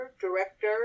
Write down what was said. director